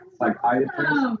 psychiatrist